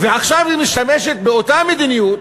ועכשיו היא משתמשת באותה מדיניות